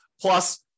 Plus